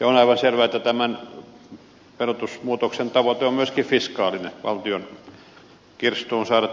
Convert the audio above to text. ja on aivan selvää että tämän verotusmuutoksen tavoite on myöskin fiskaalinen valtion kirstuun saada tietty määrä rahaa